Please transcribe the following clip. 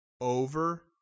over